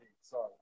Sorry